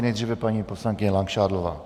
Nejdříve paní poslankyně Langšádlová.